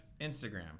Instagram